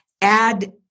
add